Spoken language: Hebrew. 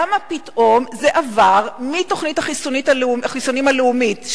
למה פתאום זה עבר מתוכנית החיסונים הלאומית,